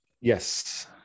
Yes